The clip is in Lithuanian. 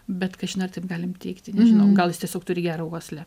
bet kažin ar taip galim teigti nežinom gal jis tiesiog turi gerą uoslę